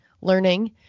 learning